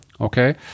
Okay